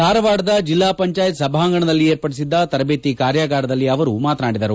ಧಾರವಾಡದ ಜಿಲ್ಲಾ ಪಂಚಾಯತ್ ಸಭಾಂಗಣದಲ್ಲಿ ಏರ್ಪಡಿಸಿದ್ದ ತರಬೇತಿ ಕಾರ್ಯಾಗಾರದಲ್ಲಿ ಅವರು ಮಾತನಾಡಿದರು